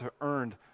earned